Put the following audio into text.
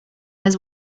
has